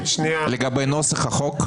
לגבי נוסח החוק?